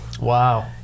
Wow